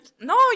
No